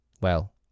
Well